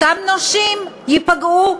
אותם נושים ייפגעו.